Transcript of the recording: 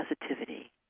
positivity